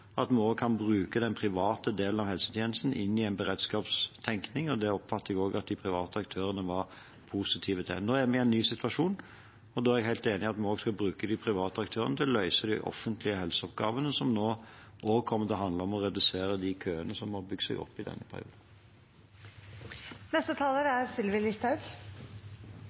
at vi også kan bruke den private delen av helsetjenesten inn i en beredskapstenkning, og det oppfatter jeg også at de private aktørene var positive til. Nå er vi i en ny situasjon, og da er jeg helt enig i at vi også skal bruke de private aktørene til å løse de offentlige helseoppgavene som nå også kommer til å handle om å redusere de køene som har bygd seg opp i denne perioden.